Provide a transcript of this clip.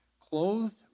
Clothed